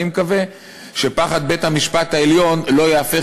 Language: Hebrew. אני מקווה שפחד בית-המשפט העליון לא ייהפך